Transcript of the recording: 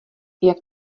jak